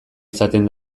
izaten